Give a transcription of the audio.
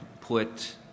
put